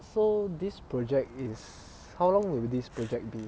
so this project is how long will this project be